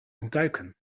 ontduiken